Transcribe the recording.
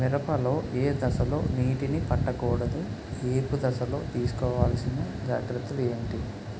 మిరప లో ఏ దశలో నీటినీ పట్టకూడదు? ఏపు దశలో తీసుకోవాల్సిన జాగ్రత్తలు ఏంటి?